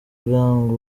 bwangu